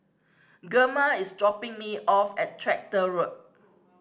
Gemma is dropping me off at Tractor Road